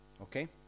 Okay